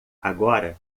agora